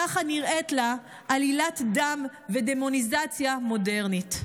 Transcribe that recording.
ככה נראית לה עלילת דם ודמוניזציה מודרנית.